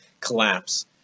collapse